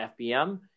FBM